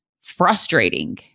frustrating